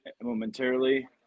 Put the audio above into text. momentarily